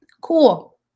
cool